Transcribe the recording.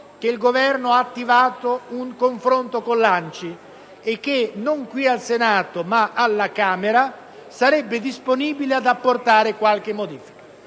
che il Governo ha attivato un confronto con l'ANCI e che, non qui al Senato ma alla Camera, sarebbe disponibile ad apportare qualche modifica.